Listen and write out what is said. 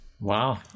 Wow